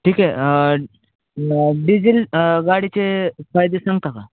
ठीक आहे डिझील गाडीचे फायदे सांगता का